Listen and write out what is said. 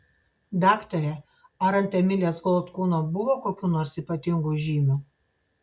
daktare ar ant emilės gold kūno buvo kokių nors ypatingų žymių